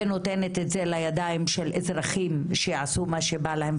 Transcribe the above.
ונותנת את זה לידיים של אזרחים שיעשו מה שבא להם,